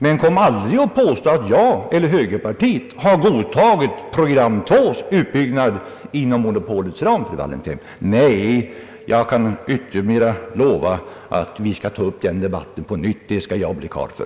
Men kom aldrig och påstå att jag, eller högerpartiet, har godtagit program 2:s utbyggnad inom monopolets ram, fru Wallentheim! Nej, jag kan även lova att vi skall ta upp den debatten på nytt. Det skall jag bli karl för.